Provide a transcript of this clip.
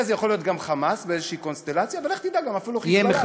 ותראו מה יקרה מהמהלך הזה: אני מעריך,